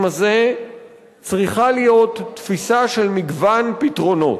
הזה צריכה להיות תפיסה של מגוון פתרונות.